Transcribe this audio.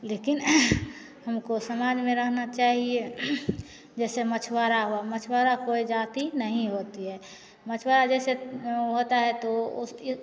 लेकिन हमको समाज में रहना चाहिए जैसे मछुवारा हुआ मछुवारा कोई जाती नहीं होती है मछुवारा जैसे होता है तो उस इस